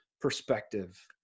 perspective